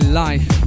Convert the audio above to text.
life